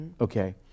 Okay